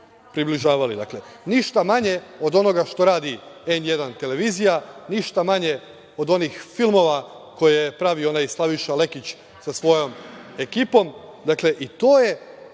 približavali. Ništa manje od onoga što radi N1 televizija, ništa manje od onih filmova koje je pravio onaj Slaviša Lekić sa svojom ekipom i to